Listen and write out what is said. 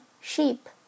sheep